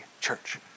Church